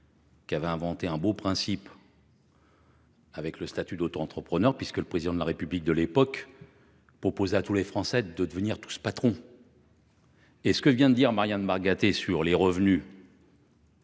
qui avait inventé un beau principe avec le statut d’auto entrepreneur. Le Président de la République proposait alors à tous les Français de devenir patrons ! Ce que vient de dire Marianne Margaté sur les revenus